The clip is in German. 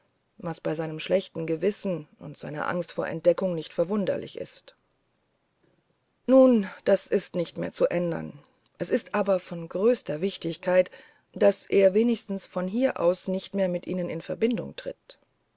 was bei seinem schlechten gewissen und seiner angst vor entdeckung nicht verwunderlich ist nun das ist nicht mehr zu ändern es ist aber von größter wichtigkeit daß er wenigstens von hier aus nicht mehr mit ihnen in verbindung tritt